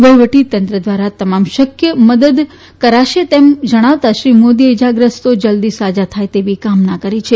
વહીવટીતંત્ર દ્વારા તમામ શક્ય મદદ કરારો તેમ જણાવતા શ્રી મોદીએ ઇજાગ્રસ્તો જલદી સજા થાય તેવી કામના કરી છે